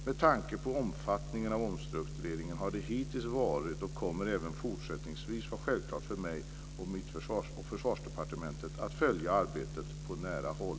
Med tanke på omfattningen av omstruktureringen har det hittills varit och kommer även fortsättningsvis att vara självklart för mig och Försvarsdepartementet att följa arbetet på nära håll.